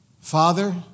Father